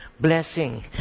Blessing